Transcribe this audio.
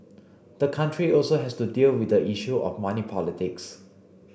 the country also has to deal with the issue of money politics